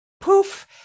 poof